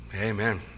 amen